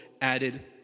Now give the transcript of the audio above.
added